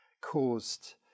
caused